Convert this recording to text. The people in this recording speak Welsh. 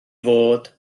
fod